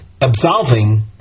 absolving